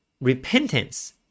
repentance